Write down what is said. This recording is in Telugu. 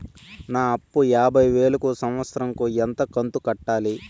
నా అప్పు యాభై వేలు కు సంవత్సరం కు ఎంత కంతు కట్టాలి?